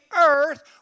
earth